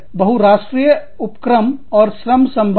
बहुराष्ट्रीय उपक्रम और श्रम संबंध